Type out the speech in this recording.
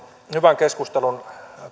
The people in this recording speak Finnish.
hyvän keskustelun